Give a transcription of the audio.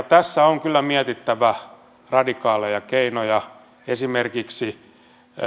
tässä on kyllä mietittävä radikaaleja keinoja esimerkiksi